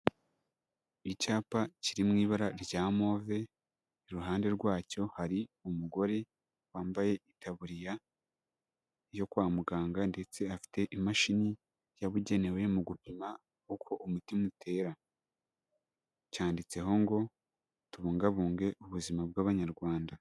Icyapa kiri mu ibara rya move, iruhande rwacyo hari umugore wambaye itaburiya yo kwa muganga, ndetse afite imashini yabugenewe mu gupima uko umutima utera. Cyanditseho ngo tubungabunge ubuzima bw'Abanyarwanda.